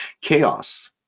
Chaos